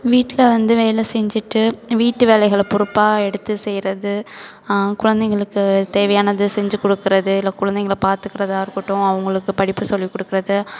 வீட்டில் வந்து வேலை செஞ்சுட்டு வீட்டு வேலைகளை பொறுப்பாக எடுத்து செய்கிறது குழந்தைகளுக்கு தேவையானதை செஞ்சு கொடுக்குறது இல்லை குழந்தைங்களை பாத்துக்கிறதா இருக்கட்டும் அவங்களுக்கு படிப்பு சொல்லிக் கொடுக்குறது